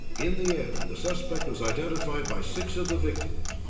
in the end, the suspect was identified by six of the victims.